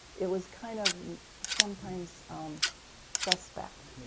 it was kind of sometimes suspect,